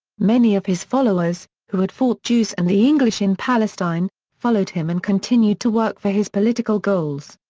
many of his followers, who had fought jews and the english in palestine, followed him and continued to work for his political goals.